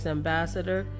Ambassador